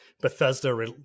Bethesda